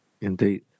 Indeed